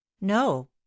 no